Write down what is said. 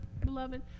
beloved